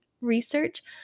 research